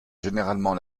généralement